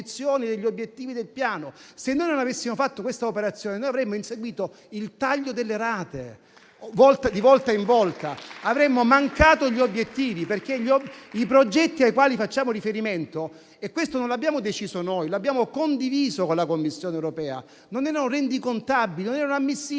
Se noi non avessimo fatto questa operazione, avremmo inseguito il taglio delle rate di volta in volta. Avremmo mancato gli obiettivi, perché i progetti ai quali facciamo riferimento - e questo non l'abbiamo deciso noi, ma l'abbiamo condiviso con la Commissione europea - non erano rendicontabili, non erano ammissibili